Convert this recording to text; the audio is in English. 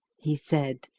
he said,